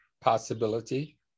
possibility